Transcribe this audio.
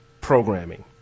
programming